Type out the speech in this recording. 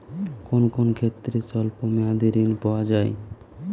কোন কোন ক্ষেত্রে স্বল্প মেয়াদি ঋণ পাওয়া যায়?